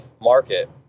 market